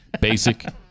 Basic